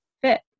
fit